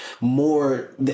more